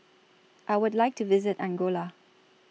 I Would like to visit Angola